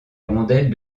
rondelle